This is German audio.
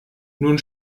nun